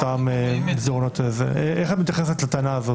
אם אני רוצה רשות,